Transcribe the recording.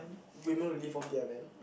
women who live off their men